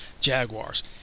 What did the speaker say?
Jaguars